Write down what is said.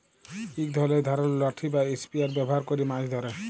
ইক ধরলের ধারালো লাঠি বা ইসপিয়ার ব্যাভার ক্যরে মাছ ধ্যরে